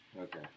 Okay